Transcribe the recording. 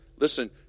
Listen